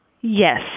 Yes